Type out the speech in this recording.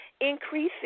increasing